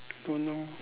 don't know